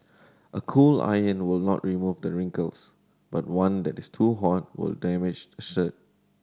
a cool iron will not remove the wrinkles but one that is too hot will damage the shirt